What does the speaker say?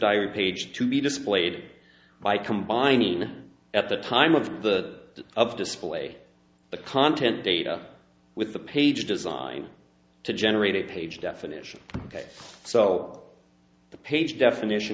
diary page to be displayed by combining at the time of the of display the content data with the page design to generate a page definition ok so the page definition